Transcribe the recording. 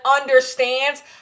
understands